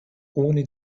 ohne